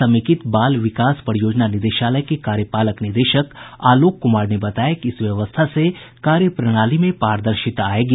समेकित बाल विकास परियोजना निदेशालय के कार्यपालक निदेशक आलोक कुमार ने बताया कि इस व्यवस्था से कार्य प्रणाली में पारदर्शिता आयेगी